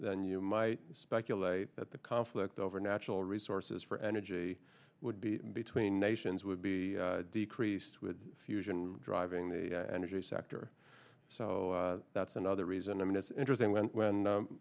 and you might speculate that the conflict over natural resources for energy would be between nations would be decreased with fusion driving the energy sector so that's another reason i mean it's interesting when when